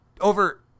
over